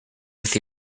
with